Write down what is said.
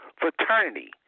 fraternity